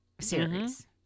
series